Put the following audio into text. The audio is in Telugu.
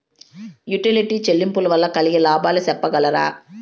యుటిలిటీ చెల్లింపులు వల్ల కలిగే లాభాలు సెప్పగలరా?